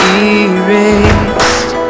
erased